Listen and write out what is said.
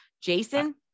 Jason